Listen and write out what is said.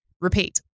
repeat